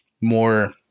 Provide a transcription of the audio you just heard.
more